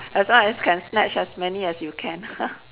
as long as can snatch as many as you can